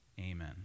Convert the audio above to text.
Amen